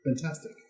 Fantastic